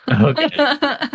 Okay